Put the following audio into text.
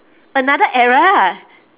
another era